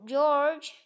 George